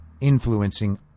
influencing